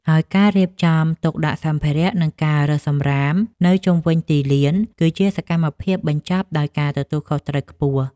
ហើយការរៀបចំទុកដាក់សម្ភារៈ និងការរើសសម្រាមនៅជុំវិញទីលាន គឺជាសកម្មភាពបញ្ចប់ដោយការទទួលខុសត្រូវខ្ពស់។